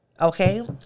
Okay